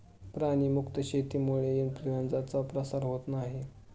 प्राणी मुक्त शेतीमुळे इन्फ्लूएन्झाचा प्रसार होत नाही